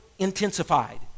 intensified